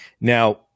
Now